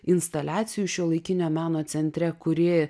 instaliacijų šiuolaikinio meno centre kuri